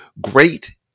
great